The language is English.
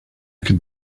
could